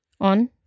On